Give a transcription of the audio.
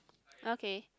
okay